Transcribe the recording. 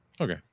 Okay